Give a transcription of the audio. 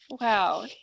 Wow